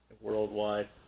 worldwide